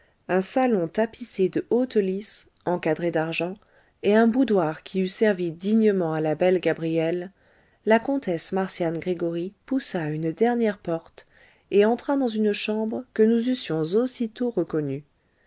un salon tapissé de hautes lisses encadrées d'argent et un boudoir qui eût servi dignement à la belle gabrielle la comtesse marcian gregoryi poussa une dernière porte et entra dans une chambre que nous eussions aussitôt reconnue